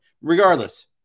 regardless